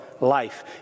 life